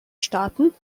staaten